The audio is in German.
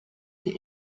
die